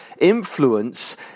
influence